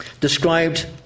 described